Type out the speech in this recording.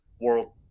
world